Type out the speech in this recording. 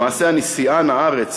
למעשה אני שיאן הארץ.